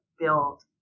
build